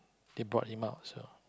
they brought him out so